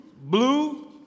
Blue